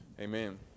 amen